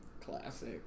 Classic